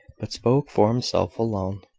but spoke for himself alone.